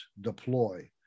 deploy